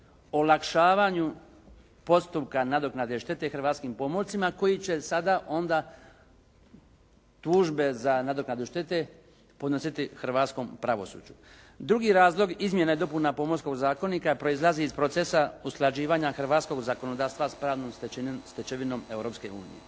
olakšavanju postupka nadoknade štete hrvatskim pomorcima koji će sada onda tužbe za nadoknadu štete podnositi hrvatskom pravosuđu. Drugi razlog izmjena i dopuna Pomorskog zakonika, proizlazi iz procesa usklađivanja hrvatskog zakonodavstva s pravnom stečevinom